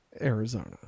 Arizona